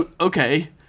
okay